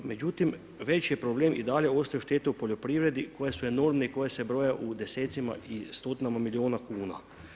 Međutim, veći je problem i dalje ostaju štete u poljoprivredi koje su enormne i koje se broje u desecima i stotinama milijuna kuna.